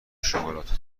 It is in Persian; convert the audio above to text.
شکلات